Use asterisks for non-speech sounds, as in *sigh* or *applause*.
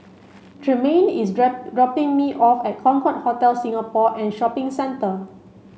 Tremayne is *unintelligible* dropping me off at Concorde Hotel Singapore and Shopping Centre